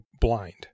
blind